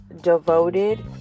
devoted